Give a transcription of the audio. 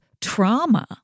trauma